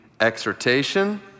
exhortation